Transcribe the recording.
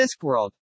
Discworld